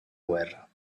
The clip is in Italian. guerra